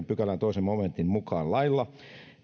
pykälän toisen momentin mukaan lailla